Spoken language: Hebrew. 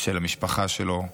ושל המשפחה שלו,